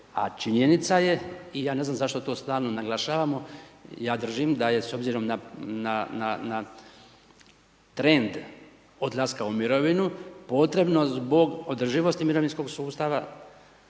A činjenica je i ja ne znam zašto to stalno naglašavamo, ja dražim da je s obzirom na trend odlaska u mirovinu potrebno zbog održivosti mirovinskog sustava